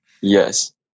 yes